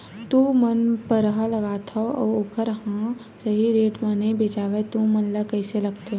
तू मन परहा लगाथव अउ ओखर हा सही रेट मा नई बेचवाए तू मन ला कइसे लगथे?